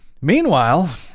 Meanwhile